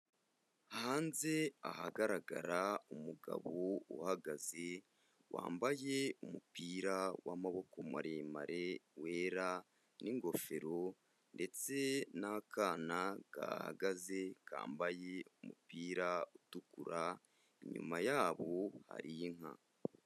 Hanze ahagaragara umugabo uhagaze, wambaye umupira w'amaboko maremare wera n'ingofero ndetse n'akana gahagaze, kambaye umupira utukura, inyuma yabo hari inka.